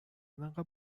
اینقدر